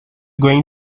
going